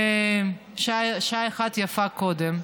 ויפה שעה אחת קודם.